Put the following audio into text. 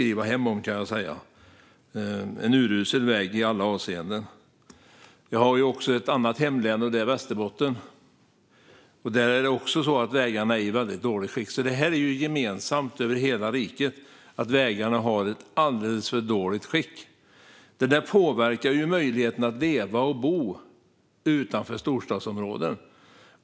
Det är en urusel väg i alla avseenden. Jag har också ett annat hemlän, och det är Västerbotten. Där är vägarna också i väldigt dåligt skick. Det är gemensamt för hela riket att vägarna är i alldeles för dåligt skick. Det påverkar möjligheten att leva och bo utanför storstadsområdena.